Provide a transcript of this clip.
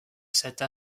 cette